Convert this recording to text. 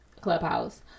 Clubhouse